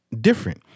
different